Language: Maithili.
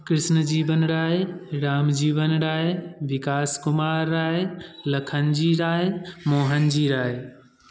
कृष्णजीवन राय रामजीवन राय विकास कुमार राय लखनजी राय मोहनजी राय